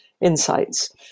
insights